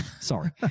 Sorry